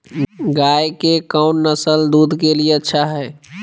गाय के कौन नसल दूध के लिए अच्छा है?